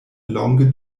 longe